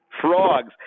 frogs